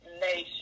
nation